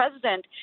president